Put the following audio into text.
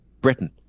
Britain